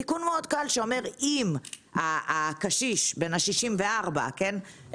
תיקון מאוד קל שאומר שאם הקשיש בן 64 הוא